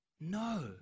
No